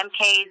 MKs